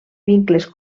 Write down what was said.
vincles